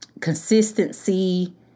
consistency